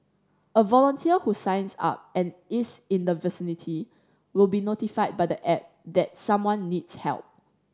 a volunteer who signs up and is in the vicinity will be notified by the app that someone needs help